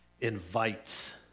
invites